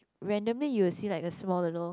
randomly you will see like a small little